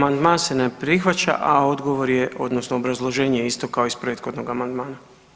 Amandman se ne prihvaća a odgovor je odnosno obrazloženje isto kao iz prethodnog amandmana.